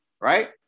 right